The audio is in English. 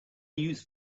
use